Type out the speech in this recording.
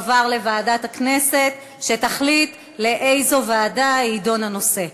תועברנה לוועדת הכנסת כדי שתחליט באיזו ועדה יידון הנושא.